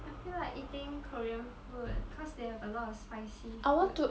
I feel like eating korean food cause they have a lot of spicy food